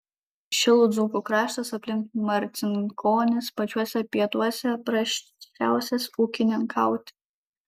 šilų dzūkų kraštas aplink marcinkonis pačiuose pietuose prasčiausias ūkininkauti